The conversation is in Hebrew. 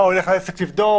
מה, הוא ילך לעסק לבדוק?